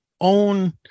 own